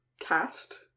Cast